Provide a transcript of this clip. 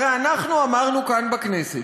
הרי אנחנו אמרנו כאן בכנסת,